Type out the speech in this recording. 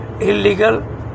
illegal